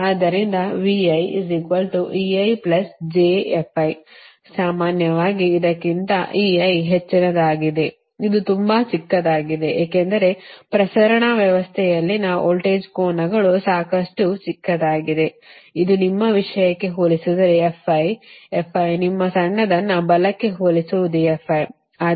ಆದ್ದರಿಂದ ಸಾಮಾನ್ಯವಾಗಿ ಇದಕ್ಕಿಂತ ಹೆಚ್ಚಿನದಾಗಿದೆ ಇದು ತುಂಬಾ ಚಿಕ್ಕದಾಗಿದೆ ಏಕೆಂದರೆ ಪ್ರಸರಣ ವ್ಯವಸ್ಥೆಯಲ್ಲಿನ ವೋಲ್ಟೇಜ್ ಕೋನಗಳು ಸಾಕಷ್ಟು ಚಿಕ್ಕದಾಗಿದೆ ಇದು ನಿಮ್ಮ ವಿಷಯಕ್ಕೆ ಹೋಲಿಸಿದರೆ ನಿಮ್ಮ ಸಣ್ಣದನ್ನು ಬಲಕ್ಕೆ ಹೋಲಿಸುವುದು ಇದು